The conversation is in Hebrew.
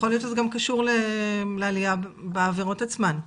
יכול להיות שזה גם קשור לעלייה בעבירות עצמן,